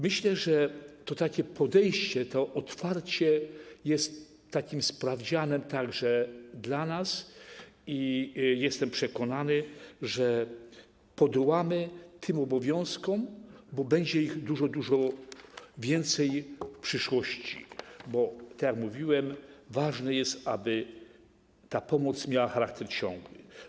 Myślę, że to podejście, to otwarcie jest takim sprawdzianem także dla nas i jestem przekonany, że podołamy tym obowiązkom, bo będzie ich dużo, dużo więcej w przyszłości, bo - tak jak mówiłem - ważne jest, aby ta pomoc miała charakter ciągły.